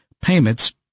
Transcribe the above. payments